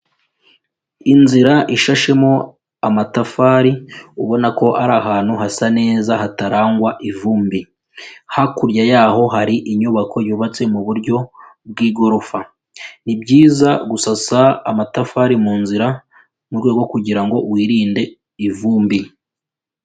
Inzira ishashemo amatafari, ubona ko ari ahantu hasa neza hatarangwa ivumbi, hakurya y'aho hari inyubako yubatse mu buryo bw'igorofa, ni byiza gusasa amatafari mu nzira mu rwego kugira ngo wirinde ivumbi.